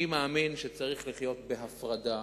אני מאמין שצריך לחיות בהפרדה.